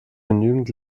genügend